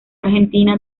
argentina